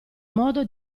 modo